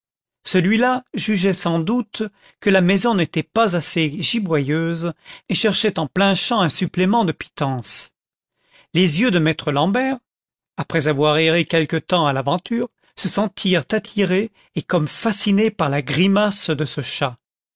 celuilà jugeait sans doute que la maison n'était pas assez giboyeuse et cherchait en plein champ un supplément de pitance les yeux de maître l'ambert après avoir ervé quelque temps à l'aventure se sentirent attirés et comme fascinés par ia grimace de ce chat